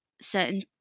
certain